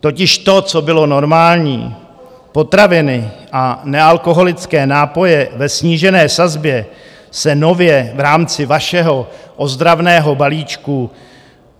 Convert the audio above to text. Totiž to, co bylo normální, potraviny a nealkoholické nápoje ve snížené sazbě, se nově v rámci vašeho ozdravného balíčku